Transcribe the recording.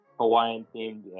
Hawaiian-themed